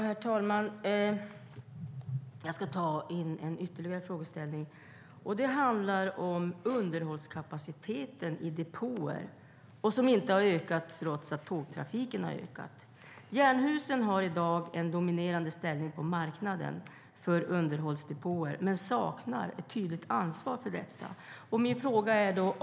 Herr talman! Jag ska ta med ytterligare en fråga. Den handlar om underhållskapaciteten i depåer. Den har inte ökat trots att tågtrafiken har ökat. Jernhusen har i dag en dominerande ställning på marknaden för underhållsdepåer men saknar ett tydligt ansvar för detta.